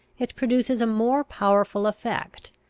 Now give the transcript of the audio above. it produces a more powerful effect,